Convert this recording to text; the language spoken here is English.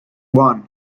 one